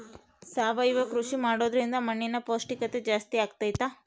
ಸಾವಯವ ಕೃಷಿ ಮಾಡೋದ್ರಿಂದ ಮಣ್ಣಿನ ಪೌಷ್ಠಿಕತೆ ಜಾಸ್ತಿ ಆಗ್ತೈತಾ?